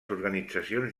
organitzacions